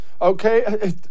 okay